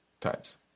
times